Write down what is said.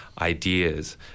ideas